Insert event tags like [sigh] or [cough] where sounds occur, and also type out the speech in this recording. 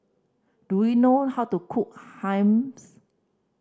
do you know how to cook [unintelligible]